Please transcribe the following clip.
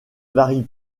varie